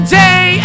day